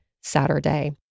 Saturday